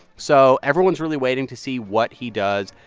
so everyone's really waiting to see what he does.